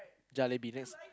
jalebi next